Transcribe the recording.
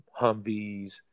Humvees